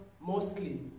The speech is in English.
mostly